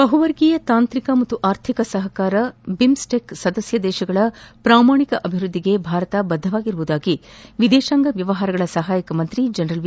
ಬಹುವರ್ಗೀಯ ತಾಂತ್ರಿಕ ಮತ್ತು ಆರ್ಥಿಕ ಸಹಕಾರ ಬಿಮ್ಟೆಕ್ ಸದಸ್ಯ ರಾಷ್ಷಗಳ ಪ್ರಮಾಣಿಕ ಅಭಿವೃದ್ದಿಗೆ ಭಾರತ ಬದ್ದವಾಗಿರುವುದಾಗಿ ವಿದೇಶಾಂಗ ವ್ಯವಹಾರಗಳ ಸಹಾಯಕ ಸಚಿವ ಜನರಲ್ ವಿ